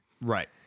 Right